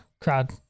crowd